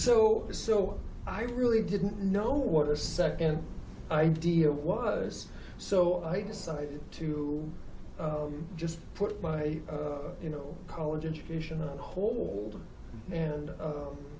so so i really didn't know what their second idea was so i decided to just put my you know college education on hold and